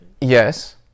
Yes